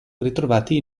ritrovati